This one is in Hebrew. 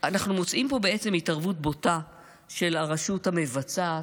אנחנו מוצאים פה התערבות בוטה של הרשות המבצעת,